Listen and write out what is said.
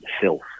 filth